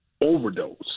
overdose